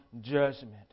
judgment